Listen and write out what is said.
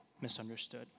misunderstood